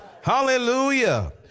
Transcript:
Hallelujah